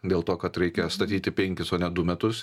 dėl to kad reikia statyti penkis o ne du metus